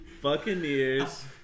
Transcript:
Buccaneers